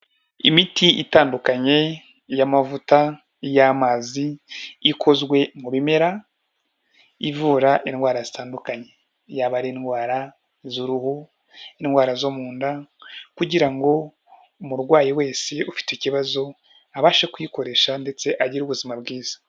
Imiti itandukanye y'amavuta y'amazi ikozwe mu bimera ivura indwara zitandukanye, yaba ari indwara z'uruhu, indwara zo mu nda, kugira ngo umurwayi wese ufite ikibazo abashe kuyikoresha ndetse agire ubuzima bwiza.